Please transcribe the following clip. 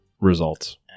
results